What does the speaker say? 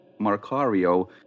Marcario